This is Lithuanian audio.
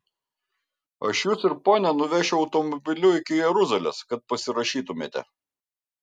aš jus ir ponią nuvešiu automobiliu iki jeruzalės kad pasirašytumėte